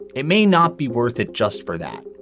it may not be worth it just for that.